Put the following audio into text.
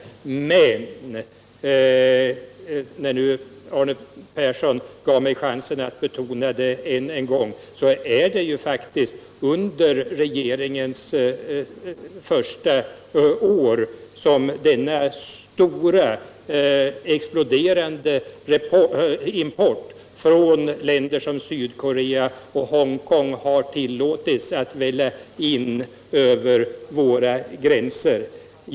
Men när nu Arne Persson gav mig chansen vill jag än en gång betona att det faktiskt är under regeringens första år som importen från t.ex. Sydkorea och Hongkong har tillåtits att välla in över våra gränser.